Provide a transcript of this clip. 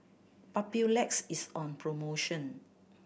Papulex is on promotion